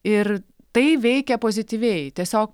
ir tai veikia pozityviai tiesiog